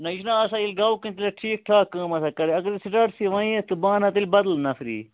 نہَ یہِ چُھُناہ آسان یہِ گوٚو کٔژِ لَٹہِ ٹھیٖک ٹھاک کٲم آسان کَرٕنۍ اگر نہٕ سِٹارٹسٕے ونے یَتھ بہٕ اَنہٕ ہا بَدل نفرِی